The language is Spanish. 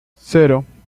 cero